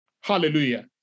Hallelujah